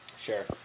Sure